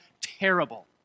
terrible